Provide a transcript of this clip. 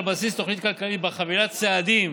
זאת, על בסיס תוכנית כלכלית שבה חבילת צעדים